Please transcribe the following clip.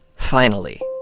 finally,